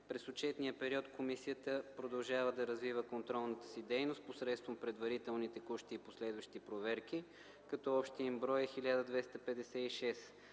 През отчетния период Комисията продължава да развива контролната си дейност посредством предварителни, текущи и последващи проверки, като общият им брой е 1256.